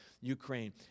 Ukraine